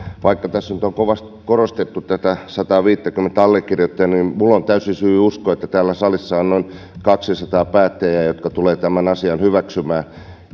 vaikka tässä on nyt kovasti korostettu tätä sataaviittäkymmentä allekirjoittajaa minulla on täysi syy uskoa että täällä salissa on noin kaksisataa päättäjää jotka tulevat tämän asian hyväksymään